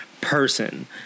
person